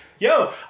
Yo